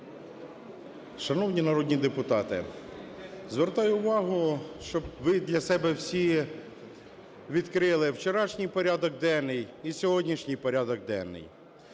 Шановні народні депутати, звертаю увагу, що ви для себе всі відкрили вчорашній порядок денний і сьогоднішній порядок денний.